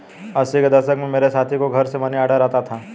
अस्सी के दशक में मेरे साथी को घर से मनीऑर्डर आता था